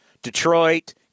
detroit